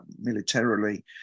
militarily